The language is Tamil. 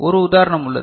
ஒரு உதாரணம் உள்ளது